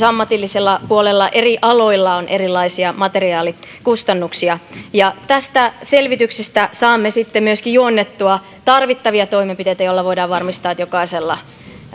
ammatillisessa puolella eri aloilla on erilaisia materiaalikustannuksia tästä selvityksestä saamme sitten myöskin juonnettua tarvittavia toimenpiteitä joilla voidaan varmistaa että jokaisella